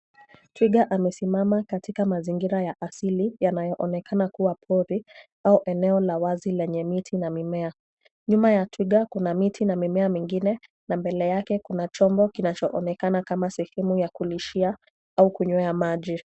Twiga amesimama katika mazingira ya asili yanayoonekana kuwa pori au eneo la wazi lenye miti na mimea. Nyuma ya twiga kuna miti na mimea mingine na mbele yake kuna chombo kinachoonekana kama sehemu ya kulishia au kunywea maji.